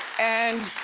and